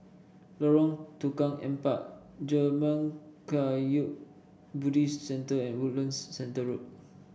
Lorong Tukang Empat Zurmang Kagyud Buddhist Centre and Woodlands Centre Road